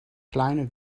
kleine